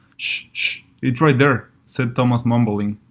shhh. its right there said thomas mumbling.